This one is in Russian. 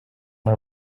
мое